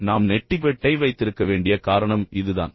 இப்போது நாம் நெட்டிக்வெட்டை வைத்திருக்க வேண்டிய காரணம் இதுதான்